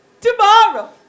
Tomorrow